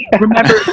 Remember